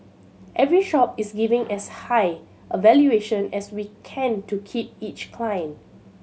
every shop is giving as high a valuation as we can to keep each client